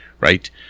right